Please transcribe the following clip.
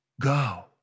go